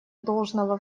должного